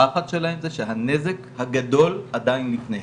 הפחד שלהם זה שהנזק הגדול עדיין לפניהם,